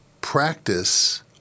practice